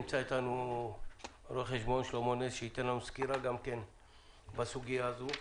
נמצא איתנו רו"ח שלמה נס שייתן לנו סקירה בסוגיה הזו.